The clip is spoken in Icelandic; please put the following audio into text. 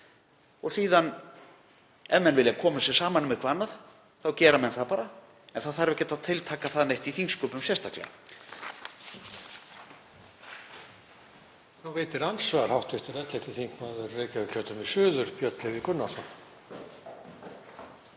Síðan, ef menn vilja koma sér saman um eitthvað annað, þá gera menn það bara. En það þarf ekki að tiltaka það neitt sérstaklega